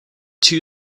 two